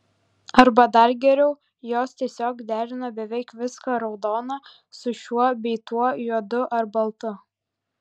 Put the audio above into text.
arba dar geriau jos tiesiog derina beveik viską raudoną su šiuo bei tuo juodu ar baltu